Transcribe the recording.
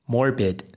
Morbid